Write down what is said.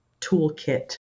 toolkit